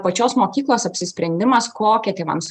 pačios mokyklos apsisprendimas kokią tėvams